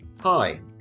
Hi